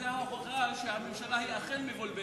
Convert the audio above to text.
וזו ההוכחה שהממשלה אכן מבולבלת,